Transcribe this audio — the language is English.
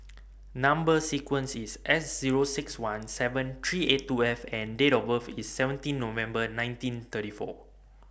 Number sequence IS S Zero six one seven three eight two F and Date of birth IS seventeen November nineteen thirty four